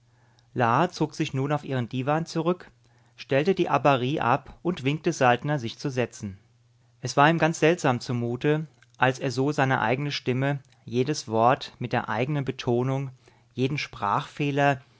zog sich nun auf ihren diwan zurück stellte die abarie ab und winkte saltner sich zu setzen es war ihm ganz seltsam zumute als er so seine eigene stimme jedes wort mit der eigenen betonung jeden sprachfehler